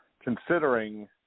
considering